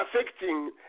affecting